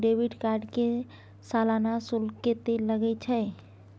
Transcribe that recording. Debit card के सालाना शुल्क कत्ते लगे छै?